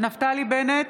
נפתלי בנט,